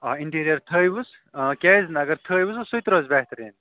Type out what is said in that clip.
آ اِنٹیٖریر تھٲہوٗس آ کیٛازِ نہٕ اَگر تھٲہوٗس سُہ تہِ روزِ بہتریٖن